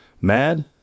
mad